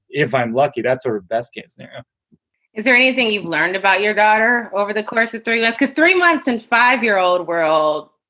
if i'm lucky, that's sort of best case scenario is there anything you've learned about your daughter over the course of three alaskas three months and five year old world?